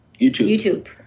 YouTube